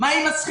מה עם השכירים?